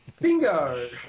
Bingo